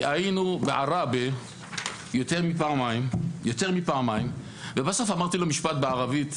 כי היינו בעראבה יותר מפעמיים ובסוף אמרתי לו משפט בערבית,